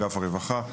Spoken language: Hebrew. אגף הרווחה,